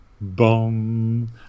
boom